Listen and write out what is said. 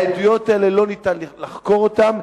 העדויות האלה, לא ניתן לחקור אותן.